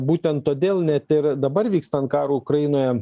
būtent todėl net ir dabar vykstant karui ukrainoje